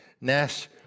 Nash